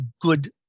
good